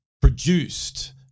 produced